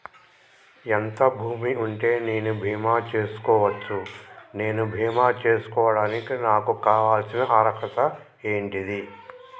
ఎంత భూమి ఉంటే నేను బీమా చేసుకోవచ్చు? నేను బీమా చేసుకోవడానికి నాకు కావాల్సిన అర్హత ఏంటిది?